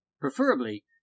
Preferably